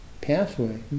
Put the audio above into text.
pathway